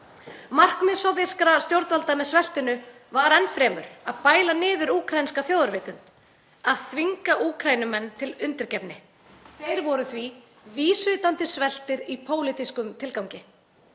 Markmið sovéskra stjórnvalda með sveltinu var enn fremur að bæla niður úkraínska þjóðarvitund, að þvinga Úkraínumenn til undirgefni. Þeir voru því vísvitandi sveltir í pólitískum tilgangi.